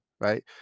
right